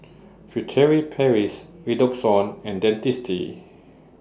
Furtere Paris Redoxon and Dentiste